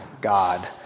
God